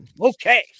okay